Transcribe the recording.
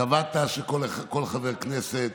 קבעת שכל חבר כנסת